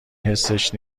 حسش